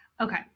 Okay